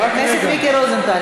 כי קצת התבזינו קודם.